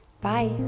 Bye